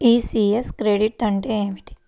ECS credit అంటే ఏమిటి?